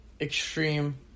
Extreme